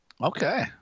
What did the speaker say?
Okay